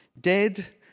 Dead